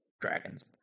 dragons